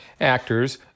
actors